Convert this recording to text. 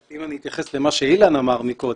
אם אני אתייחס למה שאילן אמר מקודם,